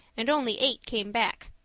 and only eight came back.